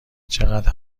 چقدر